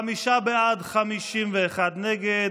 חמישה בעד, 50 נגד.